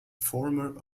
former